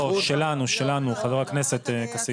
לא, שלנו, שלנו, חבר הכנסת כסיף.